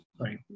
right